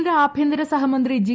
കേന്ദ്ര ആഭ്യന്തര സഹമന്ത്രി ജി